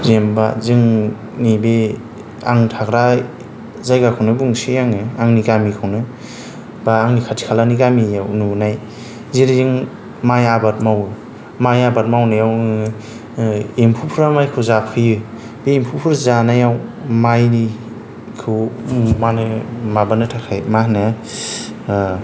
जेनबा जोंनि बे आं थाग्रा जायगाखौनो बुंनोसै आङो आंनि गामिखौनो बा आंनि खाथि खालानि गामियाव नुनाय जेरै जों माइ आबाद मावो माइ आबाद मावनायावनो एम्फौफ्रा माइखौ जाफैयो बे एम्फौफोर जानायाव माइनिखौ माबानो थाखाय मा होनो